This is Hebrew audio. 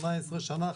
18 שנה.